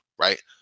Right